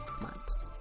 months